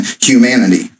humanity